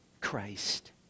Christ